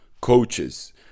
coaches